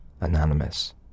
Anonymous